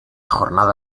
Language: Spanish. jornada